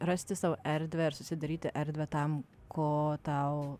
rasti savo erdvę ir susidaryti erdvę tam ko tau